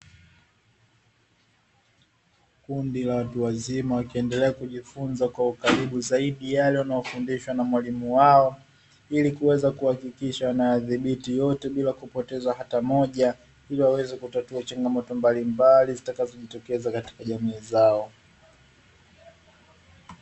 Kundi la watu wazima wakiendelea kujifunza kwa ukaribu zaidi yale wanayofundishwa, na mwalimu wao ili kuweza kuhakikisha wanayadhibiti yote bila kupoteza hata moja, ili waweze kutatua changamoto mbalimbali zitakazojitokeza katika jamii zao.